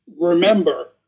remember